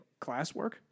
classwork